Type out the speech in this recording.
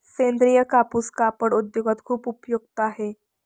सेंद्रीय कापूस कापड उद्योगात खूप उपयुक्त आहे